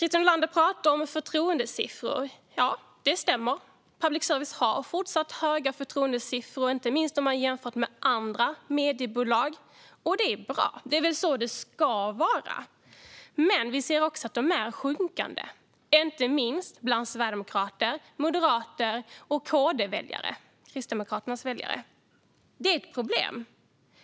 Christer Nylander talade om förtroendesiffror. Det stämmer: Public service har även fortsättningsvis höga förtroendesiffror, inte minst om man jämför med andra mediebolag. Det är bra; det är väl så det ska vara. Men vi ser också att de är sjunkande, inte minst bland sverigedemokrater, moderater och KD-väljare. Det är ett problem.